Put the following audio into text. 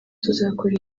tuzakora